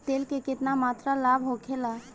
तेल के केतना मात्रा लाभ होखेला?